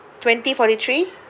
twenty forty three